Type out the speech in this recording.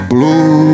Blue